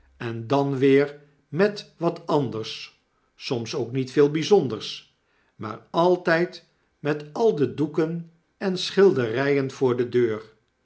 en dan weer met wat anders soms ook niet veel byzonders maar altyd met al de doeken en schilderijen voor de deur